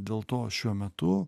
dėl to šiuo metu